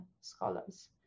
scholars